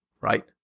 Right